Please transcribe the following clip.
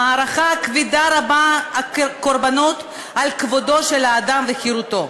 המערכה הכבדה רבת-הקורבנות על כבודו של האדם וחירותו.